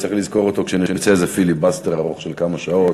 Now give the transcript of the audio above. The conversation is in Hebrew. צריך לזכור אותו כשנרצה איזה פיליבסטר ארוך של כמה שעות.